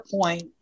point